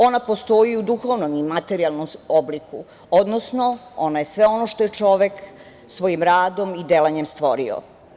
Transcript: Ona postoji i u duhovnom i materijalnom obliku, odnosno ona je sve ono što je čovek svojim radom i delanjem stvorio.